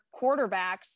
quarterbacks